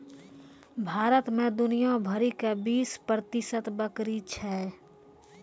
भारत मे दुनिया भरि के बीस प्रतिशत बकरी छै